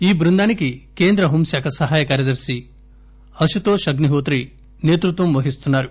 ఈ బృందానికి కేంద్ర హోంశాఖ సహాయ కార్బదర్ని అశుతోష్ అగ్ని హోత్రి నేతృత్వం వహిస్తున్నారు